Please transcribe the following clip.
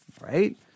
Right